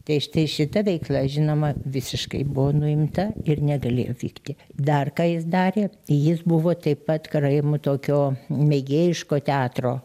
tai štai šita veikla žinoma visiškai buvo nuimta ir negalėjo vykti dar ką jis darė jis buvo taip pat karaimų tokio mėgėjiško teatro